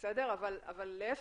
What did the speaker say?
אבל להיפך,